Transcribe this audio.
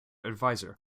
adviser